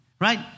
right